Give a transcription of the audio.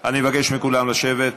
אני מבקש מכולם לשבת.